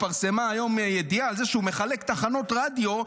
התפרסמה ידיעה, וציטטו את הידיעה.